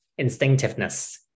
instinctiveness